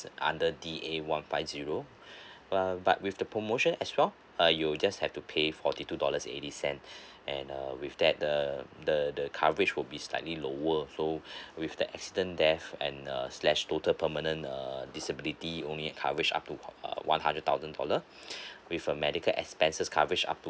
under D A one five zero uh but with the promotion as well uh you'll just have to pay forty two dollars eighty cent and err with that the the the coverage will be slightly lower so with the accident death and uh slash total permanent err disability only coverage up to uh one hundred thousand dollar with a medical expenses coverage up to